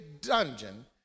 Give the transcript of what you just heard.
dungeon